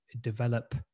develop